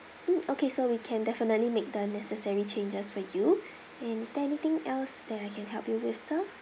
mm okay so we can definitely make the necessary changes for you and anything else that I can help you with sir